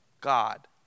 God